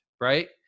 Right